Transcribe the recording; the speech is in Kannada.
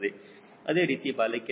ಅದೇ ರೀತಿ ಬಾಲಕ್ಕೆ ನಮಗೆ ಮೌಲ್ಯ 6